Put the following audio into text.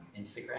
Instagram